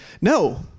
no